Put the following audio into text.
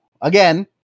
Again